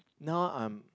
now I'm